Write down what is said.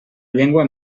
llengua